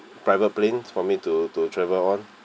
private planes for me to to travel on